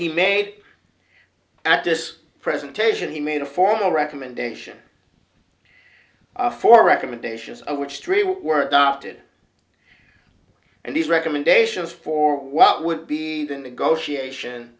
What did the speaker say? he made at this presentation he made a formal recommendation for recommendations of which three word opted and these recommendations for what would be the negotiation